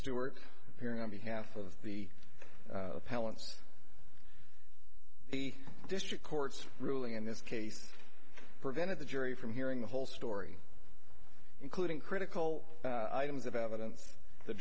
stewart hearing on behalf of the appellant's the district court's ruling in this case prevented the jury from hearing the whole story including critical items of evidence th